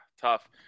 tough